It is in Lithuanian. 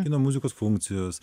kino muzikos funkcijos